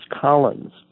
Collins